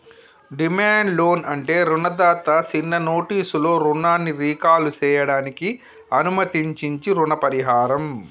demand loan అంటే రుణదాత సిన్న నోటీసులో రుణాన్ని రీకాల్ సేయడానికి అనుమతించించీ రుణ పరిహారం